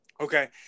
Okay